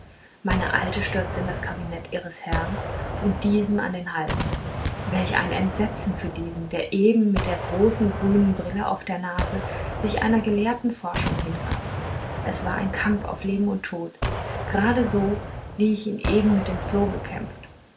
meine alte stürzte in das kabinett ihres herrn und diesem an den hals welch ein entsetzen für diesen der eben mit der großen grünen brille auf der nase sich einer gelehrten forschung hingab es war ein kampf auf leben und tod grade so wie ich ihn eben mit dem floh gekämpft